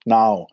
now